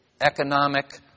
economic